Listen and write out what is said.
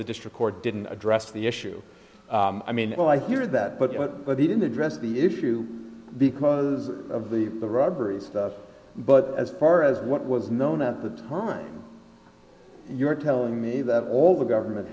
the district court didn't address the issue i mean well i hear that but they didn't address the issue because of the the robbery stuff but as far as what was known at the time you're telling me that all the government